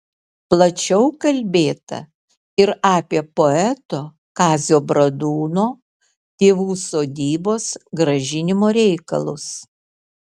plačiau kalbėta ir apie poeto kazio bradūno tėvų sodybos grąžinimo reikalus